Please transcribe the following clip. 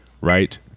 right